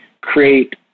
create